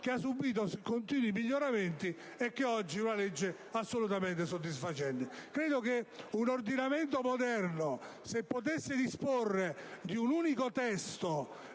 che ha subito continui miglioramenti e che oggi è una legge assolutamente soddisfacente. Se un ordinamento moderno potesse disporre di un unico testo